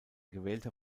gewählter